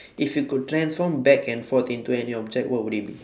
if you could transform back and forth into any object what would it be